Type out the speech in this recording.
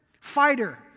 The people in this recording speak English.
fighter